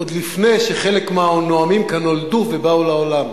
עוד לפני שחלק מהנואמים כאן נולדו ובאו לעולם.